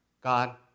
God